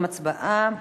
חברים, הצבעה.